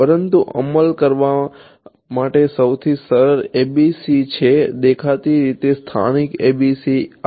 પરંતુ અમલ કરવા માટેનો સૌથી સરળ ABCs છે દેખીતી રીતે સ્થાનિક ABCs આ